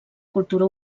cultura